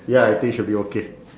ya I think should be okay